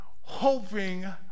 hoping